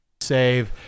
Save